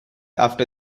after